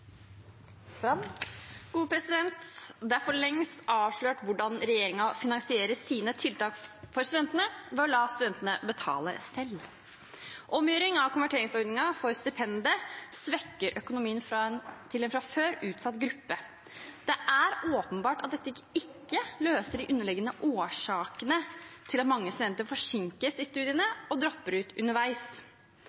for lengst avslørt hvordan regjeringen finansierer sine tiltak for studentene: ved å la studentene betale selv. Omgjøring av konverteringsordningen for stipendet svekker økonomien til en fra før utsatt gruppe. Det er åpenbart at dette ikke løser de underliggende årsakene til at mange studenter forsinkes i studiene